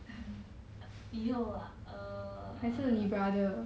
以后 ah err